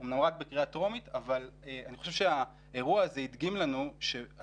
אמנם רק בקריאה טרומית אבל אני חושב שהאירוע הזה הדגים לנו שהיום,